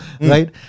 right